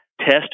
Test